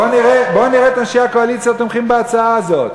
בוא נראה את אנשי הקואליציה תומכים בהצעה הזו.